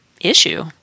issue